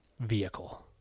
vehicle